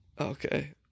Okay